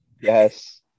Yes